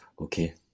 Okay